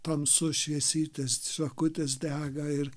tamsu šviesytės žvakutės dega ir